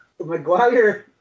mcguire